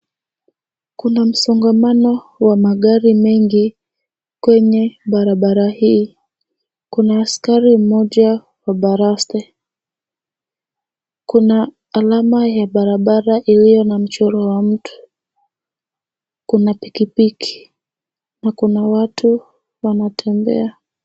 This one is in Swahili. Kuna msongamano wa magari mengi kwenye barabara hii. Kuna askari mmoja wa baraza. Kuna alama za barabara na mchoro wa mtu. Kuna pikipiki na kuna watu wanatembea.